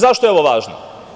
Zašto je ovo važno?